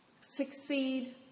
Succeed